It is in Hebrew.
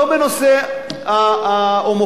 לא בנושא ההומופוביה.